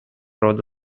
рода